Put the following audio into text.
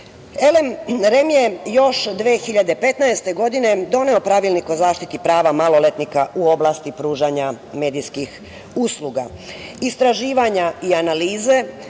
REM je još 2015. godine doneo Pravilnik o zaštiti prava maloletnika u oblasti pružanja medijskih usluga. Istraživanja i analize